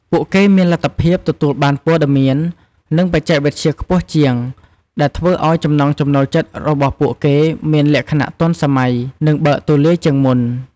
ពួកគេមានលទ្ធភាពទទួលបានព័ត៌មាន និងបច្ចេកវិទ្យាខ្ពស់ជាង ដែលធ្វើឲ្យចំណង់ចំណូលចិត្តរបស់ពួកគេមានលក្ខណៈទាន់សម័យ និងបើកទូលាយជាងមុន។